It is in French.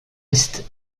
est